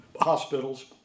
hospitals